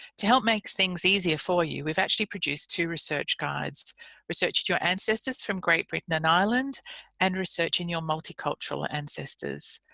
to help make things easier for you, we've actually produced two research guides researching your ancestors from great britain and ireland and researching and your multicultural ancestors.